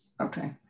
okay